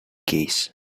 case